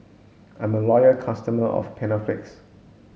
I'm a loyal customer of Panaflex